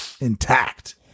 intact